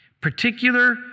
Particular